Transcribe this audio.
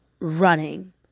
running